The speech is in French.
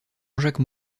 jacques